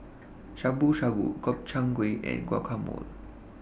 Shabu Shabu Gobchang Gui and Guacamole